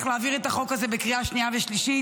להעביר את החוק הזה בקריאה שנייה ושלישית,